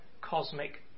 cosmic